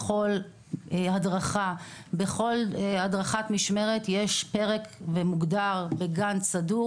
הדרכה או הדרכת משמרת יש פרק מוגדר וסדור